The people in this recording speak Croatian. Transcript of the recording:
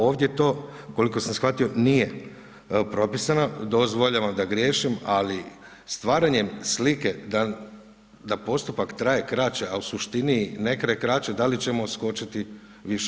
Ovdje to koliko sam shvatio nije propisano, dozvoljavam da griješim, ali stvaranjem slike, da postupak traje kreće, a u suštini ne traje kraće, da li ćemo uskočiti više.